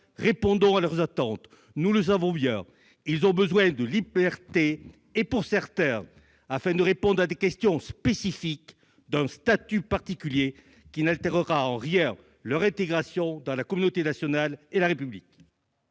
répondons à leurs attentes ! Nous le savons, ils ont besoin de liberté et certains d'entre eux, qui doivent affronter des questions spécifiques, d'un statut particulier, qui n'altérera en rien leur intégration dans la communauté nationale et dans la République.